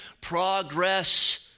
progress